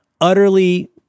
utterly